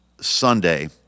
Sunday